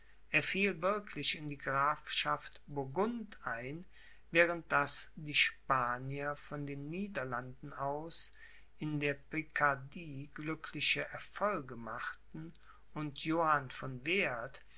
er fiel wirklich in die grafschaft burgund ein während daß die spanier von den niederlanden aus in der picardie glückliche fortschritte machten und johann von werth